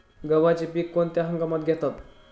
गव्हाचे पीक कोणत्या हंगामात घेतात?